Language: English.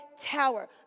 tower